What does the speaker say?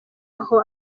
aho